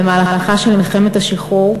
במהלכה של מלחמת השחרור,